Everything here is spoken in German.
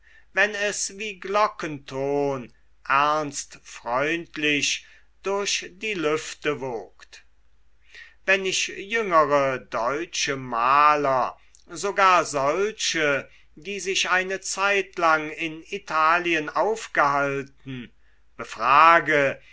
wenn es wie glockenton ernstfreundlich durch die lüfte wogt wenn ich jüngere deutsche maler sogar solche die sich eine zeitlang in italien aufgehalten befrage